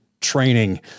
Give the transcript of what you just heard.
training